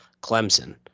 Clemson